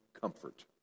comfort